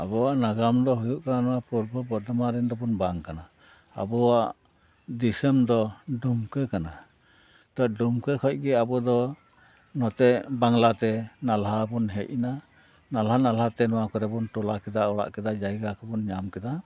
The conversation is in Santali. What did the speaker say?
ᱟᱵᱚᱣᱟᱜ ᱱᱟᱜᱟᱢ ᱫᱚ ᱦᱩᱭᱩᱜ ᱠᱟᱱᱟ ᱱᱚᱣᱟ ᱯᱩᱵᱚ ᱵᱚᱨᱫᱷᱚᱢᱟᱱ ᱨᱮᱱ ᱫᱚᱵᱚᱱ ᱵᱟᱝ ᱠᱟᱱᱟ ᱟᱵᱚᱣᱟᱜ ᱫᱤᱥᱳᱢ ᱫᱚ ᱰᱩᱢᱠᱟᱹ ᱠᱟᱱᱟ ᱛᱚ ᱰᱩᱢᱠᱟᱹ ᱠᱷᱚᱡ ᱜᱮ ᱟᱵᱚ ᱫᱚ ᱱᱚᱴᱮ ᱵᱟᱝᱞᱟ ᱛᱮ ᱱᱟᱞᱦᱟ ᱵᱚᱱ ᱦᱮᱡ ᱮᱱᱟ ᱱᱟᱞᱦᱟ ᱱᱟᱞᱦᱟ ᱛᱮ ᱱᱚᱣᱟ ᱠᱚᱨᱮ ᱵᱚᱱ ᱴᱚᱞᱟ ᱠᱮᱫᱟ ᱚᱲᱟᱜ ᱠᱮᱫᱟ ᱡᱟᱭᱜᱟ ᱠᱚ ᱵᱚᱱ ᱧᱟᱢ ᱠᱮᱫᱟ